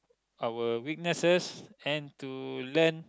our weaknesses and to learn